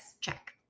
Check